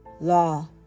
law